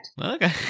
Okay